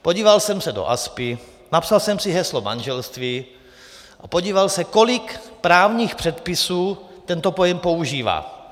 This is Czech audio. Podíval jsem se do ASPI, napsal jsem si heslo manželství a podíval se, kolik právních předpisů tento pojem používá.